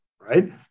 right